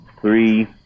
three